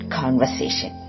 conversation